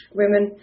women